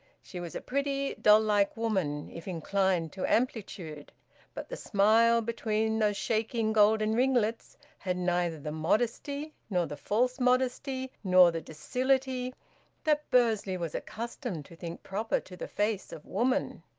she was a pretty, doll-like woman, if inclined to amplitude but the smile between those shaking golden ringlets had neither the modesty nor the false modesty nor the docility that bursley was accustomed to think proper to the face of woman.